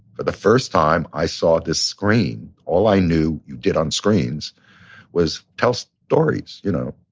but the first time, i saw this screen. all i knew you did on screens was tell stories. you know,